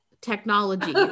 technology